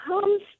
comes